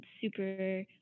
super